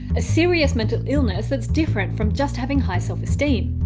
a serious mental illness that's different from just having high self esteem.